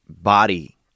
body